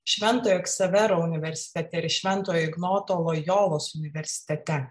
šventojo ksavero universitete ir švento ignoto lojolos universitete